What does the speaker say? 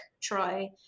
Troy